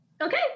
Okay